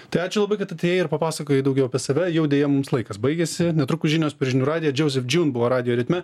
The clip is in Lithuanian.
tai ačiū labai kad atėjai ir papasakojai daugiau apie save jau deja mums laikas baigėsi netrukus žinios žinių radijuje džoef džiū buvo radijo ritme